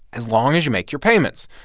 as long as you make your payments.